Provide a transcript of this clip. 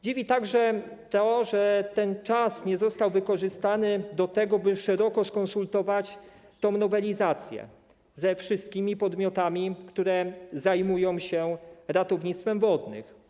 Dziwi także to, że ten czas nie został wykorzystany, by szeroko skonsultować tę nowelizację ze wszystkimi podmiotami, które zajmują się ratownictwem wodnym.